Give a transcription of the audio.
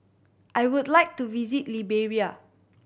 I would like to visit Liberia